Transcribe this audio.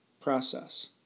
process